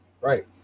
Right